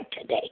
today